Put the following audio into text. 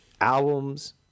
Albums